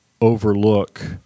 overlook